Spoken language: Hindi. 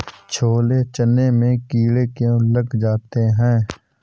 छोले चने में कीड़े क्यो लग जाते हैं?